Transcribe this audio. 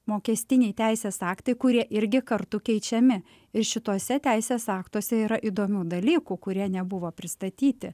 mokestiniai teisės aktai kurie irgi kartu keičiami ir šituose teisės aktuose yra įdomių dalykų kurie nebuvo pristatyti